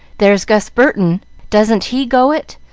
there's gus burton doesn't he go it?